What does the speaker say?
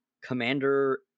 Commander